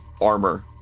armor